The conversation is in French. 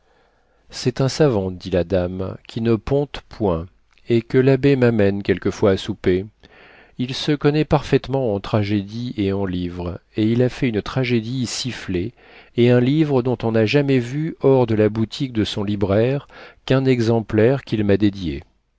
c'est un savant dit la dame qui ne ponte point et que l'abbé m'amène quelquefois à souper il se connaît parfaitement en tragédies et en livres et il a fait une tragédie sifflée et un livre dont on n'a jamais vu hors de la boutique de son libraire qu'un exemplaire qu'il m'a dédié